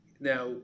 Now